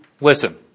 Listen